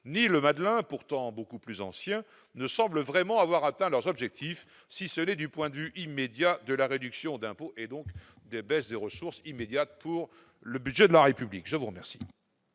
ni le Madelin, pourtant beaucoup plus ancien, ne semblent vraiment avoir atteint leur objectif, si ce n'est du point de vue immédiat de la réduction d'impôt, et donc de la baisse des ressources pour le budget de la République. Quel